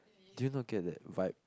do you not get that vibe